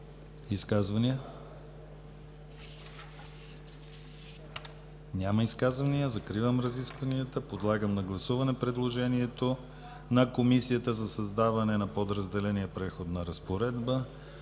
Изказвания? Няма изказвания. Закривам разискванията. Подлагам на гласуване предложението на Комисията за създаване на подразделение „Преходна разпоредба“